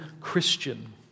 Christian